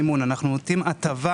נועדה להעביר סך של 209,975,000 ₪ בהוצאה.